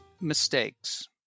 mistakes